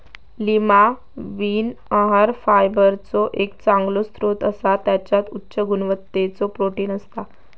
Lima bean आहार फायबरचो एक चांगलो स्त्रोत असा त्याच्यात उच्च गुणवत्तेचा प्रोटीन असता